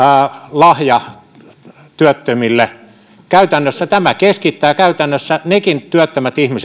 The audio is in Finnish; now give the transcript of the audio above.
lahja työttömille käytännössä tämä keskittää nekin työttömät ihmiset sieltä